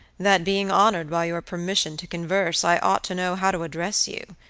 that being honored by your permission to converse, i ought to know how to address you.